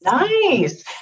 Nice